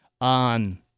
on